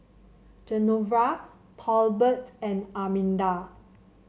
Genevra Tolbert and Arminda